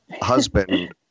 husband